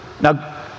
Now